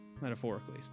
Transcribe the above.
metaphorically